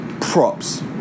props